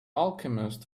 alchemist